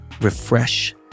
Refresh